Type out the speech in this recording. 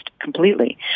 completely